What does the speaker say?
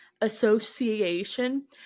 association